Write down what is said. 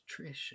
Trish